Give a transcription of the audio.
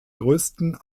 größten